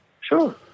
Sure